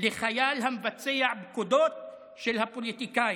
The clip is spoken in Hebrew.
לחייל המבצע פקודות של הפוליטיקאים,